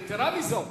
יתירה מזאת,